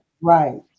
right